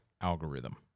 algorithm